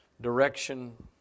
direction